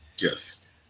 yes